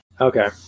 Okay